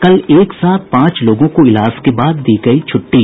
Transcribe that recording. कल एक साथ पांच लोगों को इलाज के बाद दी गयी छुट्टी